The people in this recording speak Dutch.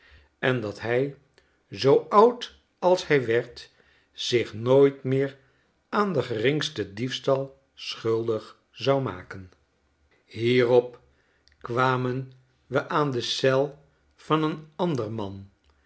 en dat hij zoo oud als hij werd zich nooit meer aan den geringsten diefstal schuldig zou maken hierop kwamen we aan de eel van een ander man